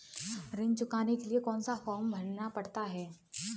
ऋण चुकाने के लिए कौन सा फॉर्म भरना पड़ता है?